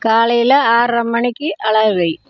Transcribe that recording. காலையில் ஆறரை மணிக்கு அலாரம் வை